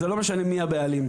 זה לא משנה מי הבעלים.